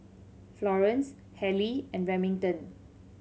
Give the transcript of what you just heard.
Florence Halley and Remington